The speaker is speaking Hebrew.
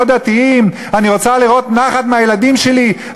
לא דתיים: אני רוצה לראות נחת מהילדים שלי,